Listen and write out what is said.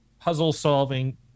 puzzle-solving